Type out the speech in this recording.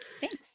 Thanks